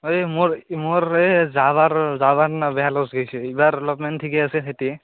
এই মোৰ মোৰ এই যাবাৰ যাবাৰ বেয়া লছ গৈছে এইবাৰ অলপমান ঠিকে আছে খেতি